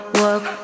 work